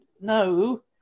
no